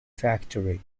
factory